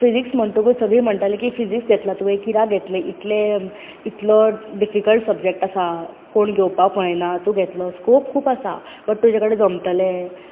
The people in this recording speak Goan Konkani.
फिजिक्स म्हणटकूत सगली म्हणटाली की फिजिक्स घेतला तुवें कित्याक घेतले इतले इतलो डिफकल्ट सबजेक्ट आसा कोण घेवपाक पळयना तूं घेतलो स्कोप खूब आसा बट तुजे कडेन जमतलें